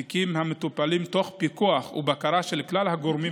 התיקים מטופלים תוך פיקוח ובקרה של כלל הגורמים